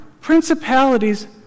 principalities